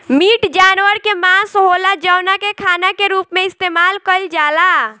meat जानवर के मांस होला जवना के खाना के रूप में इस्तेमाल कईल जाला